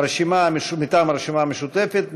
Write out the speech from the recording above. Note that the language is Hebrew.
מטעם הרשימה המשותפת.